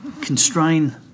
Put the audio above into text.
constrain